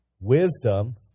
wisdom